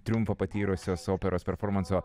triumfą patyrusios operos performanso